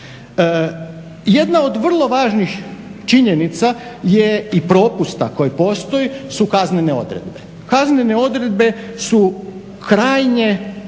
Jedna od vrlo važnih činjenica i propusta koji postoje su kaznene odredbe. Kaznene odredbe su krajnje